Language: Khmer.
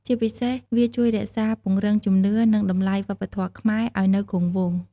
ជាពិសេស វាជួយរក្សា ពង្រឹងជំនឿ និងតម្លៃវប្បធម៌ខ្មែរឲ្យនៅគង់វង្ស។